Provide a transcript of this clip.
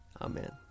Amen